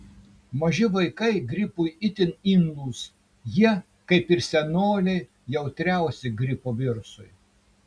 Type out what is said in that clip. maži vaikai gripui itin imlūs jie kaip ir senoliai jautriausi gripo virusui